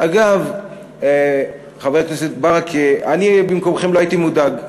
אגב, חבר הכנסת ברכה, אני במקומכם לא הייתי מודאג.